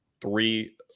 three